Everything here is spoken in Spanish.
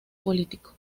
político